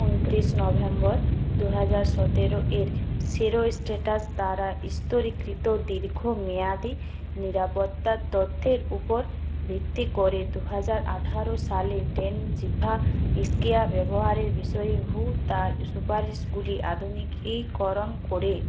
উনত্রিশ নভেম্বর দু হাজার সতেরোয়ের সেরো স্টেটাস দ্বারা স্তরীকৃত দীর্ঘমেয়াদি নিরাপত্তার তথ্যের উপর ভিত্তি করে দুহাজার আঠারো সালে ডেনজিভা স্কিয়া ব্যবহারের বিষয়ে হু তার সুপারিশগুলি আধুনিকীকরণ করে